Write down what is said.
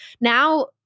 now